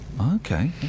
Okay